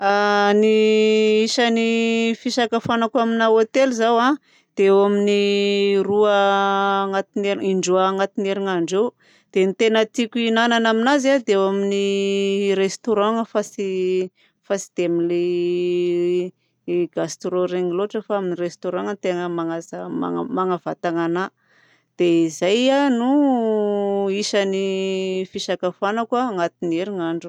Ny isany fisakafoanako amina hotely zao dia eo amin'ny roa anaty indroa anatiny herinandro eo. Dia ny tena tiako hihinanana anazy dia eo amin'ny restaurant fa tsy dia amin'ny gastro reny loatra fa amin'ny restaurant no tena manavantana anahy. Dia izay no isany fisakafoanako anaty ny herinandro.